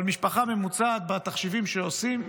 אבל משפחה ממוצעת בתחשיבים שעושים,